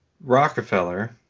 Rockefeller